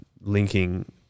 linking